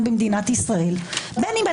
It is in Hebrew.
אני מבין שהנושא, לא